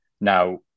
Now